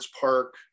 park